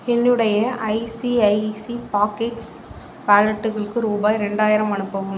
என்னுடைய ICICI pockets வாலெட்டுகளுக்கு ரூபாய் ரெண்டாயிரம் அனுப்பவும்